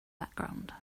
background